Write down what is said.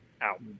out